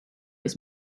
its